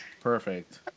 Perfect